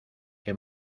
que